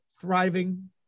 thriving